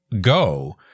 go